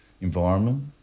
environment